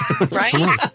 Right